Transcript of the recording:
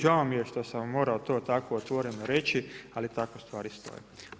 Žao mi je što sam vam morao to tako otvoreno reći, ali tako stvari stoje.